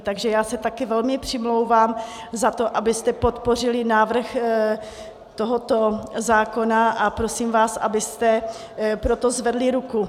Takže já se také velmi přimlouvám za to, abyste podpořili návrh tohoto zákona, a prosím vás, abyste pro to zvedli ruku.